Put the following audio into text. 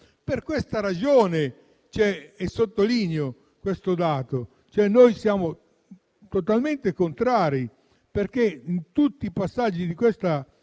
Per questa ragione sottolineo che siamo totalmente contrari, perché in tutti i passaggi di questa